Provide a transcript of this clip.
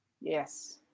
Yes